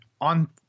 on